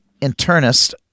internist